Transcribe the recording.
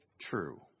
true